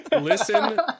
listen